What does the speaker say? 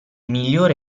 migliore